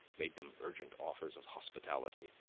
made them urgent offers of hospitality,